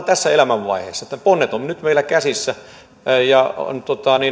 tässä elämänvaiheessa että ponnet ovat nyt meillä käsissä ja